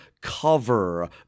cover